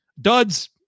Duds